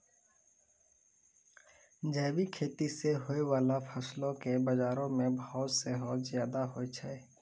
जैविक खेती से होय बाला फसलो के बजारो मे भाव सेहो ज्यादा होय छै